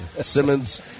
Simmons